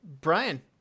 Brian